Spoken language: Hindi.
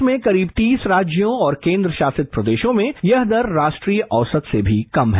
देश में करीब तीस राज्यों और केन्द्रशासित प्रदेशों में यह दर राष्ट्रीय औसत से भी कम है